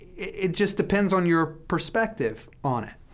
it just depends on your perspective on it.